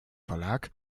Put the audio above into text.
verlag